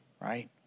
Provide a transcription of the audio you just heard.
right